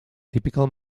typical